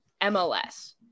MLS